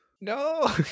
No